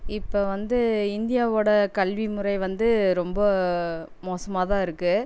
இப்போ வந்து இந்தியாவோடய கல்வி முறை வந்து ரொம்ப மோசமாக தான் இருக்குது